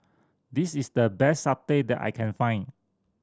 this is the best satay that I can find